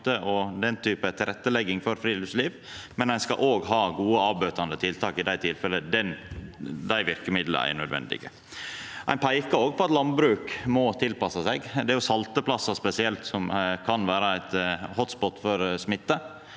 og den typen tilrettelegging for friluftsliv, men ein skal òg ha gode avbøtande tiltak i dei tilfella der dei verkemidla er nødvendige. Ein peikar også på at landbruket må tilpassa seg. Det er spesielt salteplassar som kan vera ein «hot spot» for smitte.